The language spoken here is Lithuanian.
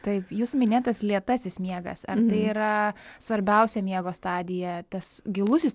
taip jūsų minėtas lėtasis miegas ar tai yra svarbiausia miego stadija tas gilusis turbūt miegas